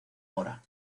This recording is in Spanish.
mora